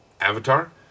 Avatar